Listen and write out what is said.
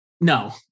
no